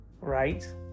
Right